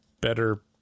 better